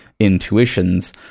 intuitions